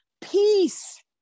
peace